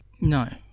No